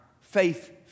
faith